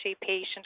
patient